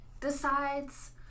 Decides